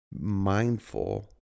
mindful